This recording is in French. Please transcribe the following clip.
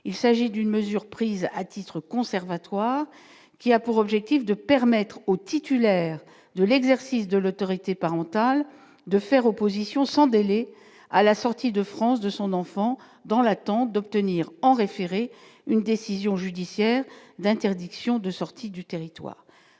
il s'agit d'une mesure prise à titre conservatoire, qui a pour objectif de permettre aux titulaires de l'exercice de l'autorité parentale, de faire opposition sans délai à la sortie de France de son enfant, dans l'attente d'obtenir, en référé, une décision judiciaire d'interdiction de sortie du territoire,